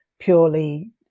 purely